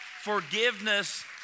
forgiveness